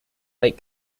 lake